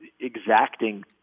exacting